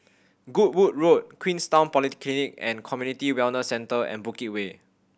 Goodwood Road Queenstown Polyclinic and Community Wellness Centre and Bukit Way